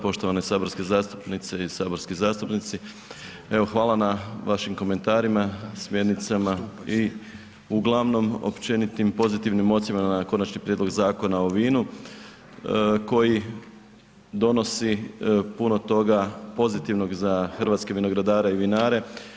Poštovane saborske zastupnice i saborski zastupnici, evo, hvala na vašim komentarima, smjernicama i uglavnom općenitim pozitivnim ocjenama na Konačni prijedlog Zakona o vinu koji donosi puno toga pozitivnog za hrvatske vinogradare i vinare.